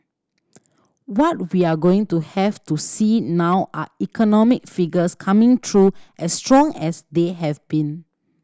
what we're going to have to see now are economic figures coming through as strong as they have been